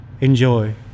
Enjoy